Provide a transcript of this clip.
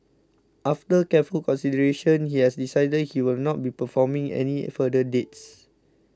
after careful consideration he has decided he will not be performing any further dates